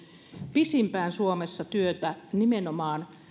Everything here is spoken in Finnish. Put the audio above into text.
pisimpään suomessa työtä nimenomaan